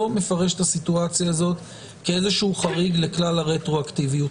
מפרש את הסיטואציה הזאת כאיזשהו חריג לכלל הרטרואקטיביות.